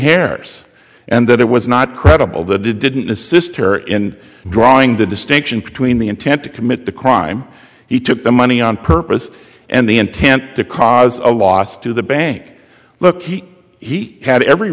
hairs and that it was not credible the did didn't assist her in drawing the distinction between the intent to commit the crime he took the money on purpose and the intent to cause a loss to the bank look he he had every